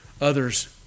Others